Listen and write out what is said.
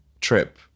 trip